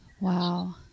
Wow